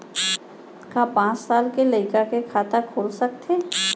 का पाँच साल के लइका के खाता खुल सकथे?